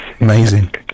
Amazing